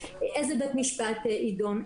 איזה בית משפט ידון.